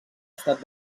estat